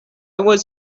was